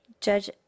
Judge